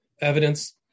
evidence